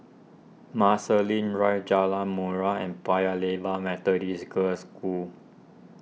Marsiling Drive Jalan Murai and Paya Lebar Methodist Girls' School